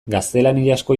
gaztelaniazko